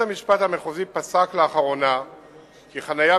בית-המשפט המחוזי פסק לאחרונה כי חנייה